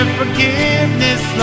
forgiveness